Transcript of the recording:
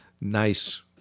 Nice